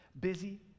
busy